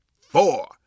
four